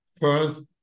First